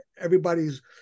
everybody's